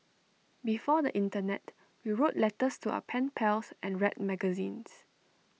before the Internet we wrote letters to our pen pals and read magazines